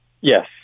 Yes